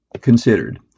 considered